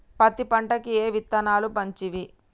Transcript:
పత్తి పంటకి ఏ విత్తనాలు మంచివి?